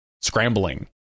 scrambling